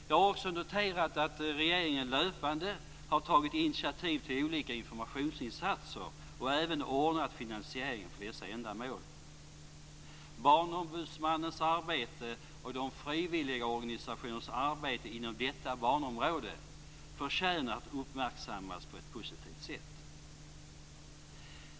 Jag har också noterat att regeringen löpande har tagit initiativ till olika informationsinsatser och även ordnat finansieringen för dessa ändamål. Barnombudsmannens och de frivilliga organisationernas arbete inom barnområdet förtjänar att uppmärksammas på ett positivt sätt.